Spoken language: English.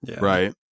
Right